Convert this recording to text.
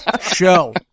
show